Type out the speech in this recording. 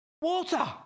Water